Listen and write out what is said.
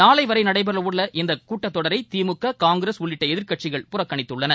நாளை வரை நடைபெறவுள்ள இந்த இந்த கூட்டத்தொடரை திமுக காங்கிரஸ் உள்ளிட்ட எதிர்க்கட்சிகள் புறக்கணித்துள்ளன